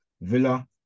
Villa